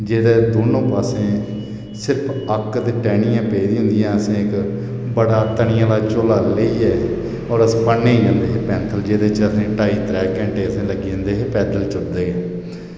जेह्दे दोनों पास्सें सिर्फ अक्क ते टैह्नियां पेई दियां होंदियां असें इक बड़ा तनियें आह्ला झोला लेइयै और अस पढ़ने ई जन्दे हे पैंथल जेह्दे च असें ढाई त्रै घैंटे असें लग्गी जन्दे हे पैदल चलदे